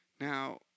Now